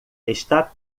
está